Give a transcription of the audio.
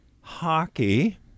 hockey